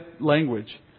language